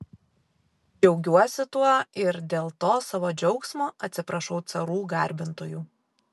džiaugiuosi tuo ir dėl to savo džiaugsmo atsiprašau carų garbintojų